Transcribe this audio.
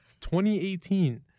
2018